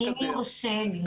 רם שפע (יו"ר ועדת החינוך,